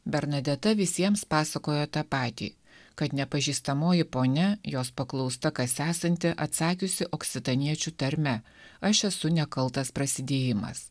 bernadeta visiems pasakojo tą patį kad nepažįstamoji ponia jos paklausta kas esanti atsakiusi oksitaniečių tarme aš esu nekaltas prasidėjimas